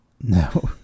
No